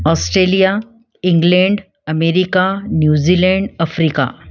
Australia England America New Zealand Africa